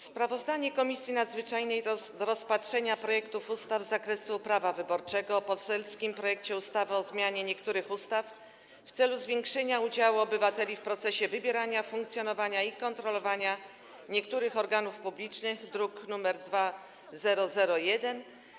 Sprawozdanie Komisji Nadzwyczajnej do rozpatrzenia projektów ustaw z zakresu prawa wyborczego o poselskim projekcie ustawy o zmianie niektórych ustaw w celu zwiększenia udziału obywateli w procesie wybierania, funkcjonowania i kontrolowania niektórych organów publicznych, druk nr 2001.